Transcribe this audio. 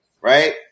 right